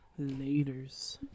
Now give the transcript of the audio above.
laters